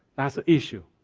that's ah issue.